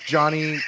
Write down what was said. Johnny